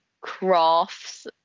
crafts